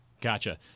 Gotcha